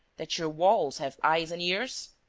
that your walls have eyes and ears?